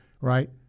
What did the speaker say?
right